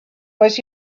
was